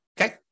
Okay